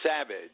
savage